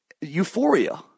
euphoria